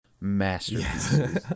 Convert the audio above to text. masterpieces